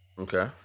Okay